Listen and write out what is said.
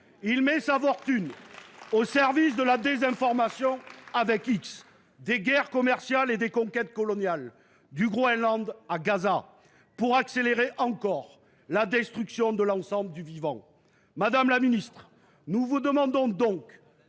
met sa fortune au service de la désinformation – X –, des guerres commerciales et des conquêtes coloniales, du Groenland à Gaza, contribuant à accélérer encore la destruction de l’ensemble du vivant ! Madame la ministre chargée de